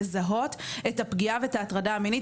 לזהות את הפגיעה ואת ההטרדה המינית,